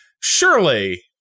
surely